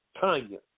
Tanya